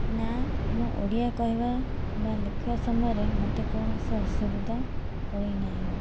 ନା ମୁଁ ଓଡ଼ିଆ କହିବା କିମ୍ବା ଲେଖିବା ସମୟରେ ମୋତେ କୌଣସି ଅସୁବିଧା ହୋଇନାହିଁ